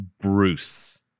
Bruce